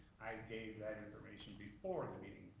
gave that information before the meeting,